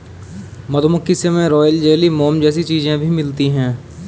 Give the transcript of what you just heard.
मधुमक्खी से हमे रॉयल जेली, मोम जैसी चीजे भी मिलती है